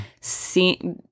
see